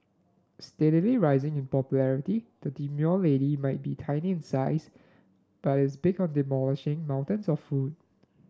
steadily rising in popularity the demure lady might be tiny in size but is big on demolishing mountains of food